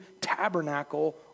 tabernacle